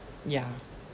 yeah